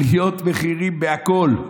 עליות מחירים בהכול,